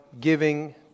giving